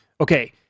Okay